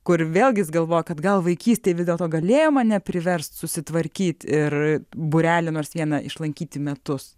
kur vėlgi jis galvoja kad gal vaikystėje vis dėlto galėjo mane priversti susitvarkyti ir būrelį nors vieną išlankyti metus